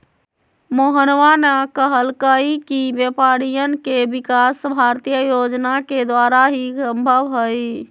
मोहनवा ने कहल कई कि व्यापारियन के विकास भारतीय योजना के द्वारा ही संभव हई